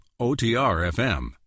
OTR-FM